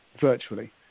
virtually